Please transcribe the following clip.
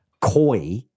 Coy